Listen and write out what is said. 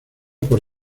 por